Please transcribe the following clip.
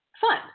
fun